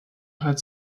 hutt